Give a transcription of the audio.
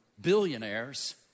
billionaires